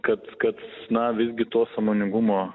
kad kad na visgi to sąmoningumo